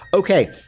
Okay